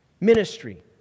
Ministry